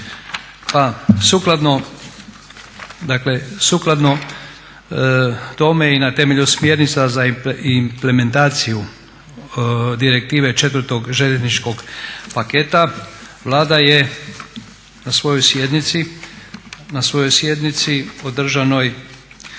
sukladno tome i na temelju smjernica za implementaciju direktive 4. željezničkog paketa Vlada je na svojoj sjednici održanoj